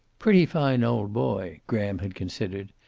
pretty fine old boy, graham had considered.